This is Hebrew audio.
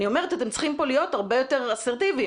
אתם צריכים פה להיות הרבה יותר אסרטיביים.